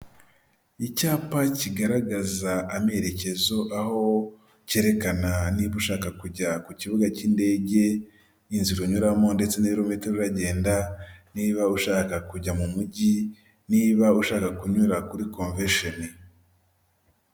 Umuhanda w'umukara aho uganisha ku bitaro byitwa Sehashiyibe, biri mu karere ka Huye, aho hahagaze umuntu uhagarika imodoka kugirango babanze basuzume icyo uje uhakora, hakaba hari imodoka nyinshi ziparitse.